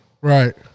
Right